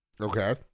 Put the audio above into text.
Okay